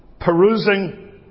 Perusing